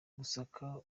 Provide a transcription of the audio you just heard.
gusaka